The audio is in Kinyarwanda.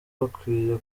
bakwiye